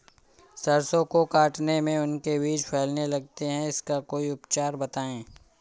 सरसो को काटने में उनके बीज फैलने लगते हैं इसका कोई उपचार बताएं?